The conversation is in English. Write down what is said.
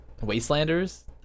Wastelanders